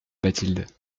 bathilde